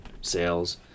sales